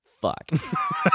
fuck